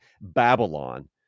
Babylon